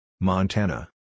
Montana